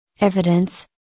Evidence